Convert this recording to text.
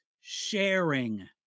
sharing